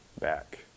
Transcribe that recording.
back